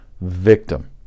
victim